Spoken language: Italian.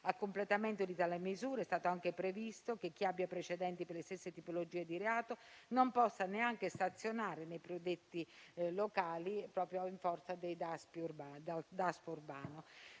A completamento di tale misura è stato anche previsto che chi abbia precedenti per le stesse tipologie di reato non possa neanche stazionare nei predetti locali, proprio in forza del Daspo urbano.